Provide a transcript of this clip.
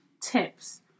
tips